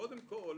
קודם כל,